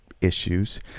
issues